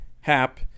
Hap